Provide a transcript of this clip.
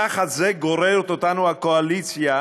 תחת זה גוררת אותנו הקואליציה,